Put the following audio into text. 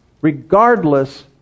regardless